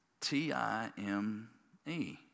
t-i-m-e